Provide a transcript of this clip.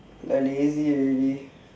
like lazy already